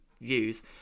views